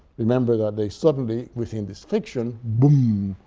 remember that they suddenly, within this fiction boom